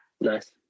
Nice